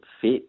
fit